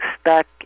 stuck